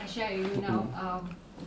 mm